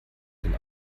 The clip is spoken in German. den